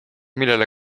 millele